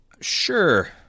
Sure